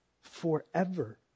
forever